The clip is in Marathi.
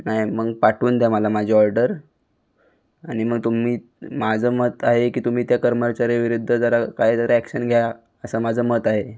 नाही मग पाठवून द्या मला माझी ऑर्डर आणि मग तुम्ही माझं मत आहे की तुम्ही त्या कर्मचारीविरुद्ध जरा काहीतरी ॲक्शन घ्या असा माझं मत आहे